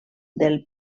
del